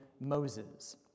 Moses